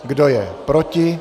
Kdo je proti?